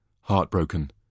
heartbroken